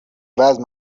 وزن